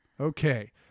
Okay